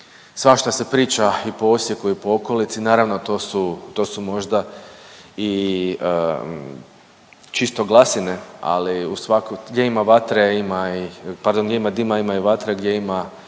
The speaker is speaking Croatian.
Svašta se priča i po Osijeku i po okolici, naravno to su možda i čisto glasine, ali gdje ima vatre ima, pardon gdje ima